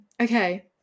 Okay